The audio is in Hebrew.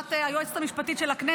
בהוראת היועצת המשפטית של הכנסת,